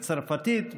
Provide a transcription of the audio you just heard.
וצרפתית,